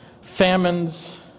Famines